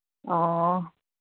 ꯑꯣ